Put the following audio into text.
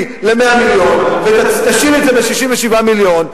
ל-100 מיליון ותשאירי את זה ב-67 מיליון.